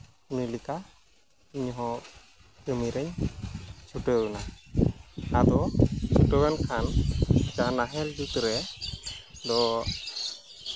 ᱩᱱᱤ ᱞᱮᱠᱟ ᱤᱧᱦᱚᱸ ᱠᱟᱹᱢᱤᱨᱮ ᱪᱷᱩᱴᱟᱹᱣᱮᱱᱟ ᱟᱫᱚ ᱪᱷᱩᱴᱟᱹᱣ ᱮᱱ ᱠᱷᱟᱱ ᱚᱱᱟ ᱱᱟᱦᱮᱞ ᱡᱩᱛ ᱨᱮ ᱫᱚ